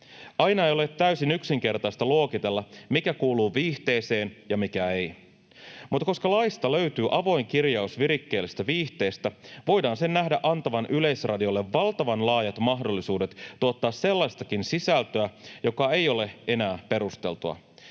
Aina ei ole täysin yksinkertaista luokitella, mikä kuuluu viihteeseen ja mikä ei, mutta koska laista löytyy avoin kirjaus virikkeellistä viihteestä, voidaan sen nähdä antavan Yleisradiolle valtavan laajat mahdollisuudet tuottaa sellaistakin sisältöä, joka ei ole enää perusteltua.